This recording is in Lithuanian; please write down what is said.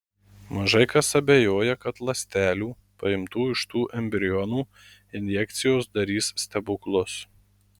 mažai kas abejoja kad ląstelių paimtų iš tų embrionų injekcijos darys stebuklus